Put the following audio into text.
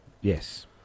Yes